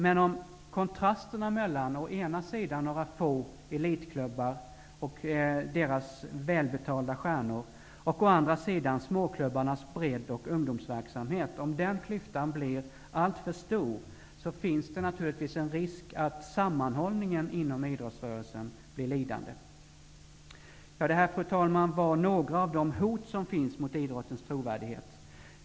Men om klyftan mellan å ena sidan ett fåtal elitklubbar med välbetalda stjärnor och å andra sidan småklubbarnas bredd och ungdomsverksamhet bli alltför stor, finns naturligtvis en risk att sammanhållningen inom idrottsrörelsen blir lidande. Ja, det här var några av de hot som finns mot idrottens trovärdighet.